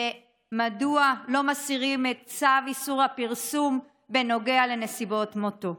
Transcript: ומדוע לא מסירים את צו איסור הפרסום בנוגע לנסיבות מותו?